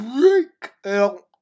Breakout